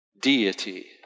deity